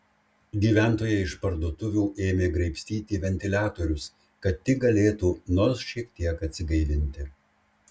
gyventojai iš parduotuvių ėmė graibstyti ventiliatorius kad tik galėtų nors šiek tiek atsigaivinti